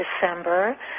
December